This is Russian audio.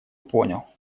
понял